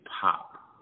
pop